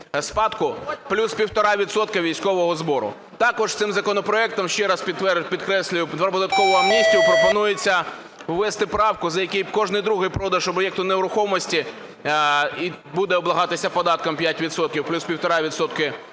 плюс 1,5 відсотка військового збору. Також цим законопроектом, ще раз підкреслюю, про податкову амністію, пропонується ввести правку, за якою кожний другий продаж об'єкту нерухомості буде обкладатися податком 5 відсотків плюс 1,5 відсотка військового збору.